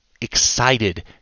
excited